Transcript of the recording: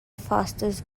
fastest